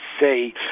say